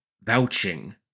vouching